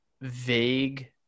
vague